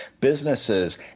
businesses